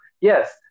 Yes